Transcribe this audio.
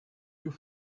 nous